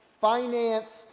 financed